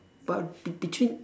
but be~ between